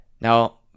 Now